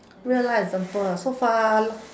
real life example so far